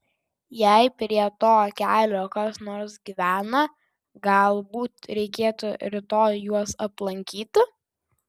jei prie to kelio kas nors gyvena galbūt reikėtų rytoj juos aplankyti